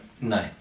no